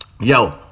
Yo